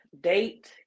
date